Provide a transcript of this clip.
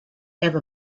ever